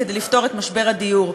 כדי לפתור את משבר הדיור.